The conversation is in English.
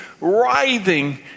writhing